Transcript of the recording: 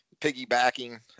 piggybacking